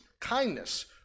kindness